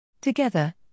Together